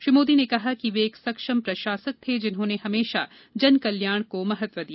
श्री मोदी ने कहा कि वे एक सक्षम प्रशासक थे जिन्होंने हमेशा जनकल्याण को महत्व दिया